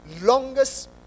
longest